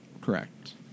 Correct